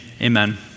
amen